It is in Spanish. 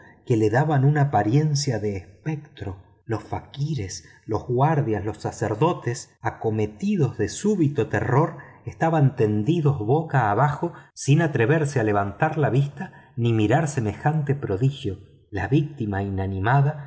que le daban una apariencia de espectro los fakires los guardias los sacerdotes acometidos de súbito terror estaban tendidos boca abajo sin atreverse a levantar la vista ni mirar semejante prodigio la víctima inanimada